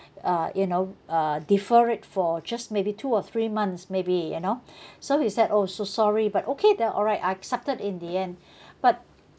uh you know uh defer it for just maybe two or three months maybe you know so he said oh so sorry but okay then alright I accepted in the end but